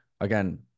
again